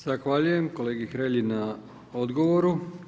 Zahvaljujem kolegi Hrelji na odgovoru.